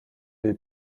der